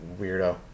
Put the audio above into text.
weirdo